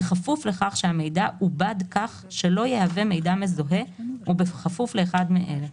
בכפוף לכך שהמידע עובד כך שלא יהווה מידע מזוהה ובכפוף לאחד מאלה: